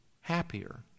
happier